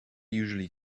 usually